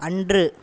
அன்று